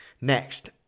Next